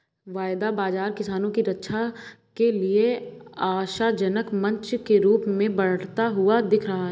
वायदा बाजार किसानों की रक्षा के लिए आशाजनक मंच के रूप में बढ़ता हुआ दिख रहा है